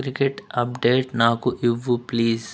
cricket update నాకు ఇవ్వు please